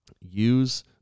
Use